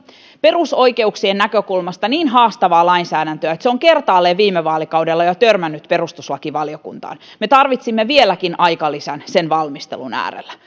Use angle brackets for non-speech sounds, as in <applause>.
perusoikeuksien näkökulmasta niin haastavaa lainsäädäntöä että se on jo kertaalleen viime vaalikaudella törmännyt perustuslakivaliokuntaan me tarvitsimme vieläkin aikalisän sen valmistelun äärellä <unintelligible>